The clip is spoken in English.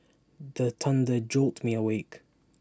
the thunder jolt me awake